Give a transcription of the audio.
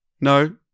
no